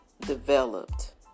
developed